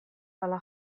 hala